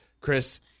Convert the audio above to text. Chris